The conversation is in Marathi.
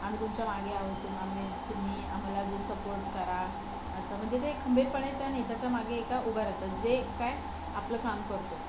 आम्ही तुमच्या मागे आहोत तू आम्ही तुम्ही आम्हाला अजून सपोर्ट करा असं म्हणजे ते खंबीरपणे त्या नेताच्या मागे एका उभे राहतात जे काय आपलं काम करतो